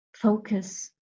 Focus